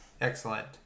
Excellent